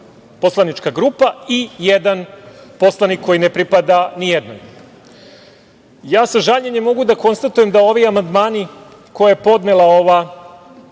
poslanička grupa i jedan poslanik koji ne pripada ni jednoj. Sa žaljenjem mogu da konstatujem da ovi amandmani koje je podnela ova